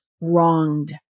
wronged